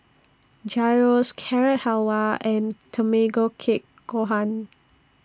Gyros Carrot Halwa and Tamago Kake Gohan